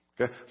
Okay